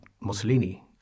Mussolini